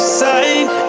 side